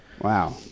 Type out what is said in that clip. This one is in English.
Wow